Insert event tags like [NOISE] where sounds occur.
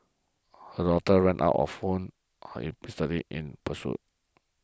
her daughter ran out of [UNINTELLIGIBLE] Miss Li in pursuit